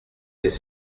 des